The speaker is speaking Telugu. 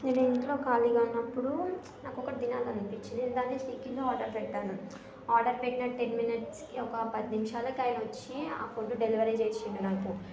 నేను ఇంట్లో ఖాళీగా ఉన్నప్పుడు నాకు ఒకటి తినాలనిపించింది నేను దాన్ని స్విగ్గిలో ఆర్డర్ పెట్టాను ఆర్డర్ పెట్టిన టెన్ మినిట్స్ ఒక పది నిమిషాలకి ఆయన వచ్చి ఆ ఫుడ్డు డెలివరీ చేసాడు నాకు